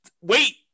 Wait